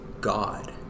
God